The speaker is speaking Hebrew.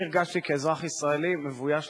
אני הרגשתי כאזרח ישראלי מבויש לחלוטין.